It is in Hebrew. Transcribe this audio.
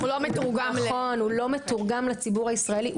הוא לא מתורגם לציבור הישראלי,